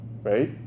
right